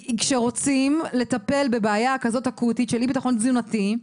כשרוצים לטפל בבעיה אקוטית כזאת של אי-ביטחון תזונתי,